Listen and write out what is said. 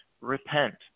repent